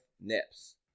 nips